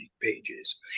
pages